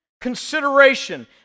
consideration